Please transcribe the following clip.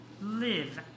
live